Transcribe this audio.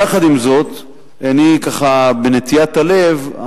יחד עם זאת אני, בנטיית הלב,